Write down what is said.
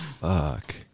Fuck